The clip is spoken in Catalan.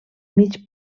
mig